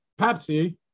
Pepsi